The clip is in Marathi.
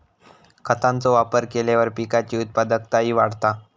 खतांचो वापर केल्यार पिकाची उत्पादकताही वाढता